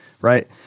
right